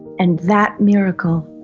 and that miracle